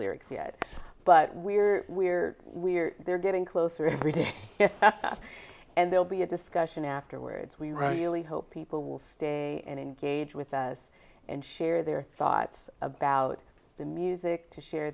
lyrics yet but we're we're we're there getting closer every day and they'll be a discussion afterwards we really hope people will stay and engage with us and share their thoughts about the music to share